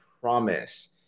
promise